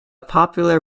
popular